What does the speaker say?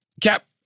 Cap